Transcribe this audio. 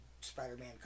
Spider-Man